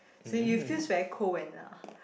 so you feels very cold when uh